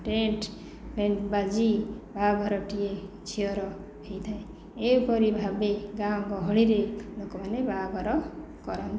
tent ବାଜି ବାହାଘରଟିଏ ଝିଅର ହେଇଥାଏ ଏପରି ଭାବେ ଗାଁ ଗହଳିରେ ଲୋକ ମାନେ ବାହାଘର କରନ୍ତି